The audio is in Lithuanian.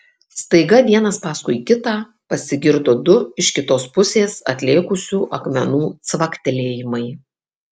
staiga vienas paskui kitą pasigirdo du iš kitos pusės atlėkusių akmenų cvaktelėjimai